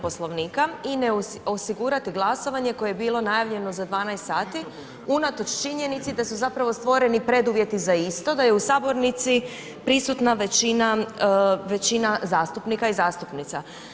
Poslovnika i ne osigurati glasovanje koje je bilo najavljeno za 12 sati, unatoč činjenici da su stvoreni preduvjeti za isto, da je u sabornici prisutna većina zastupnika i zastupnica.